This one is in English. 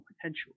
potential